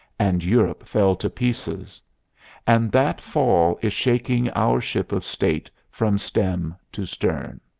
and europe fell to pieces and that fall is shaking our ship of state from stem to stern.